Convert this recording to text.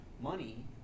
money